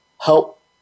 help